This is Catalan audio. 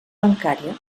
bancària